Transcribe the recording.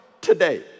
today